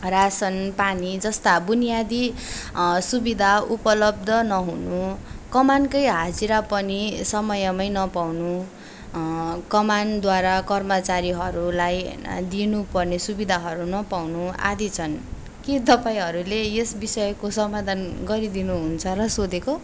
रासन पानी जस्ता बुनियादी सुविधा उपलब्ध नहुनु कमानकै हाजिरा पनि समयमै नपाउनु कमानद्वारा कर्मचारीहरूलाई दिनुपर्ने सुविधाहरू नपाउनु आदि छन् के तपाईँहरूले यस विषयको समाधान गरिदिनुहुन्छ र सोधेको